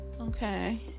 Okay